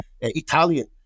Italian